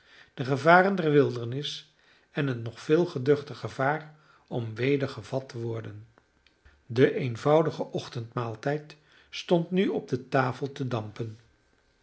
de gevaren der wildernis en het nog veel geduchter gevaar om weder gevat te worden de eenvoudige ochtendmaaltijd stond nu op de tafel te dampen